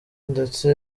ndetse